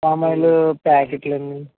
palm oil ప్యాకెట్లు అండి